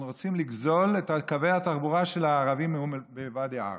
רוצים לגזול את קווי התחבורה של הערבים מוואדי עארה.